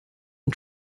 and